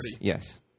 Yes